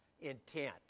intent